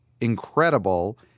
incredible